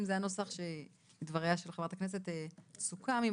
אם זה הנוסח שלדבריה של חברת הכנסת נירה שפק סוכם עם